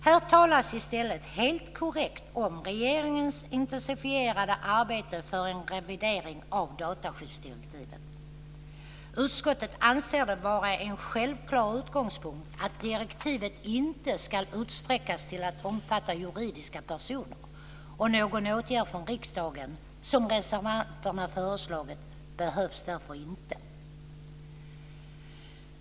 Här talas i stället helt korrekt om regeringens intensifierade arbete för en revidering av dataskyddsdirektivet. Utskottet anser det vara en självklar utgångspunkt att direktivet inte ska utsträckas till att omfatta juridiska personer. Något åtgärd från riksdagen, som reservanterna föreslagit, behövs därför inte.